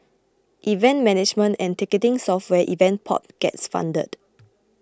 event management and ticketing software Event Pop gets funded